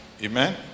Amen